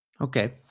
Okay